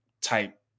type